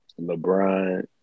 LeBron